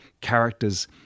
characters